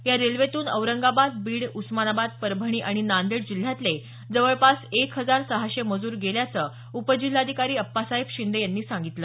या रेल्वेतून औरंगाबाद बीड उस्मानाबाद परभणी आणि नांदेड जिल्ह्यातले जवळपास एक हजार सहाशे मजूर गेल्याचं उपजिल्हाधिकारी अप्पासाहेब शिंदे यांनी सांगितलं